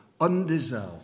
undeserved